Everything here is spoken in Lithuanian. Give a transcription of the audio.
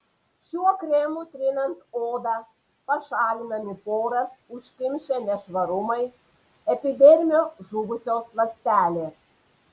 šiuo kremu trinant odą pašalinami poras užkimšę nešvarumai epidermio žuvusios ląstelės